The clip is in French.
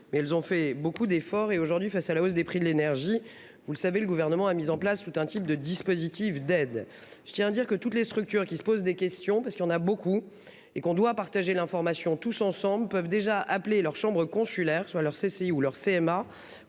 mais elles ont fait beaucoup d'efforts et aujourd'hui face à la hausse des prix de l'énergie, vous le savez le gouvernement a mis en place tout un type de dispositif d'aide. Je tiens à dire que toutes les structures qui se pose des questions parce qu'il y en a beaucoup et qu'on doit partager l'information tous ensemble peuvent déjà appelé leurs chambres consulaires soit leur CCI ou leur CMA